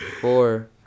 four